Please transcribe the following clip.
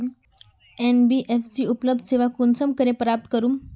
NBFC उपलब्ध सेवा कुंसम करे प्राप्त करूम?